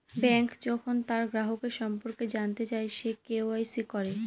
bank যখন তার গ্রাহকের সম্পর্কে জানতে চায়, সে কে.ওয়া.ইসি করে